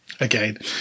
Again